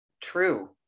true